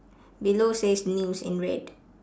below says news in red